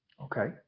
Okay